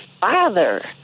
father